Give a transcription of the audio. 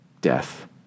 death